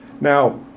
Now